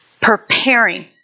Preparing